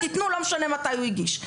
לא משנה מתי הוא הגיש.